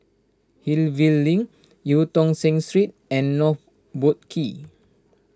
Hillview Link Eu Tong Sen Street and North Boat Quay